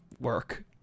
work